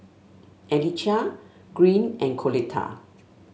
Alycia Green and Coletta